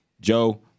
Joe